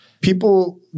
people